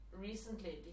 recently